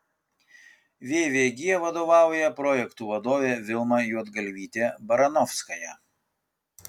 vvg vadovauja projektų vadovė vilma juodgalvytė baranovskaja